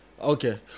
okay